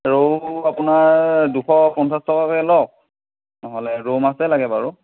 ৰৌ আপোনাৰ দুশ পঞ্চাছ টকাকে লওক নহ'লে ৰৌ মাছে লাগে বাৰু